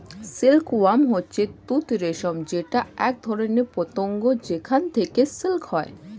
silk worm হচ্ছে তুত রেশম যেটা একধরনের পতঙ্গ যেখান থেকে সিল্ক হয়